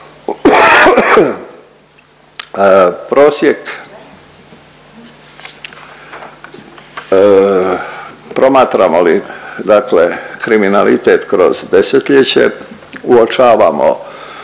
Prosjek, promatramo li dakle kriminalitet kroz desetljeće uočavamo